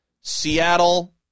Seattle